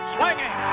Swinging